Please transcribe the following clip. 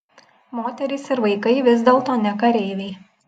moterys ir vaikai vis dėlto ne kareiviai